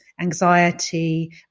anxiety